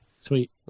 Sweet